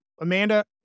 Amanda